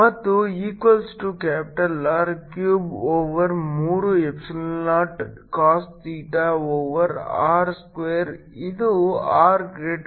ಮತ್ತು equals to R cube over ಮೂರು epsilon naught cos theta over r square ಇದು r greater than R equals to capital R ಗೆ ಆಗಿದೆ